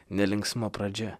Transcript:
nelinksma pradžia